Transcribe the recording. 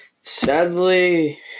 Sadly